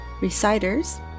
Reciters